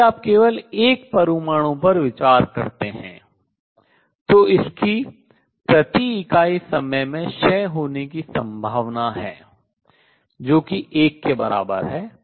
यदि आप केवल 1 परमाणु पर विचार करते हैं तो इसकी प्रति इकाई समय में क्षय होने की संभावना है जो कि 1 के बराबर है